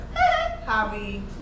Javi